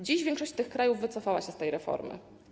Dziś większość tych krajów wycofała się z tej reformy.